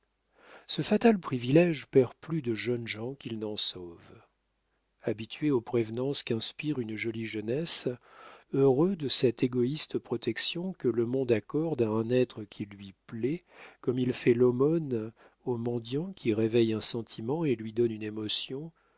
ce fatal privilége perd plus de jeunes gens qu'il n'en sauve habitués aux prévenances qu'inspire une jolie jeunesse heureux de cette égoïste protection que le monde accorde à un être qui lui plaît comme il fait l'aumône au mendiant qui réveille un sentiment et lui donne une émotion